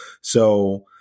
So-